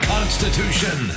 Constitution